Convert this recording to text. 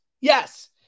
Yes